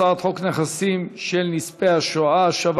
הצעת חוק נכסים של נספי השואה (השבה